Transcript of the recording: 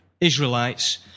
Israelites